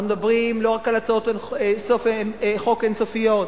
אנחנו מדברים לא רק על הצעות חוק אין-סופיות,